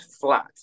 flat